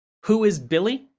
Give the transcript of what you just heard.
who is billy?